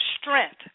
strength